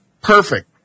Perfect